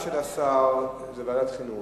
של השר היא לוועדת חינוך.